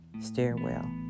stairwell